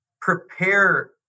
prepare